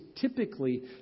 typically